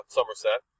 Somerset